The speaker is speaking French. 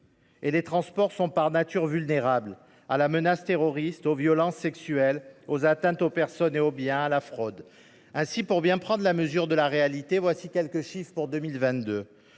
Et les transports sont par nature vulnérables à la menace terroriste, aux violences sexuelles, aux atteintes aux personnes et aux biens, à la fraude… Pour que chacun prenne bien la mesure de la réalité, voici quelques chiffres : en 2022,